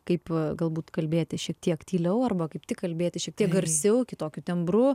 kaip galbūt kalbėti šiek tiek tyliau arba kaip tik kalbėti šiek tiek garsiau kitokiu tembru